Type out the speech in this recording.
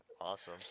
Awesome